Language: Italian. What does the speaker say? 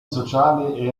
sociali